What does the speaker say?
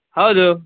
ಹೌದು